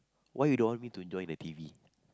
why you don't want me to join the t_v